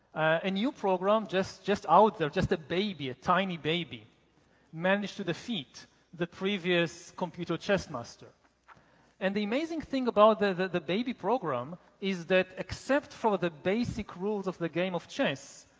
a new program just just out there, just a baby, a tiny baby managed to defeat the previous computer chess master and the amazing thing about the the baby program is that except for the basic rules of the game of chess,